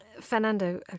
Fernando